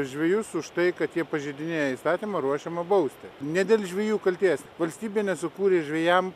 žvejus už tai kad jie pažeidinėja įstatymą ruošiama bausti ne dėl žvejų kaltės valstybė nesukūrė žvejam